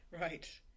Right